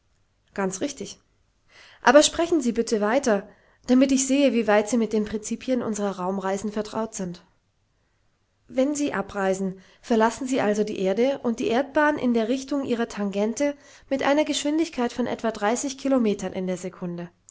ganz richtig aber sprechen sie bitte weiter damit ich sehe wie weit sie mit den prinzipien unserer raumreisen vertraut sind wenn sie abreisen verlassen sie also die erde und die erdbahn in der richtung ihrer tangente mit einer geschwindigkeit von etwa kilometern in der sekunde